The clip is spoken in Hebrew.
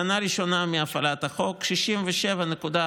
בשנה הראשונה להפעלת החוק 67.4%,